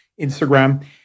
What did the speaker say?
Instagram